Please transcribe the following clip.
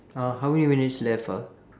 uh how many minutes left ah